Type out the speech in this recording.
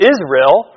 Israel